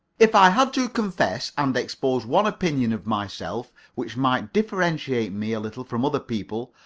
if i had to confess and expose one opinion of myself which might differentiate me a little from other people,